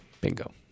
Bingo